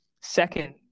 Second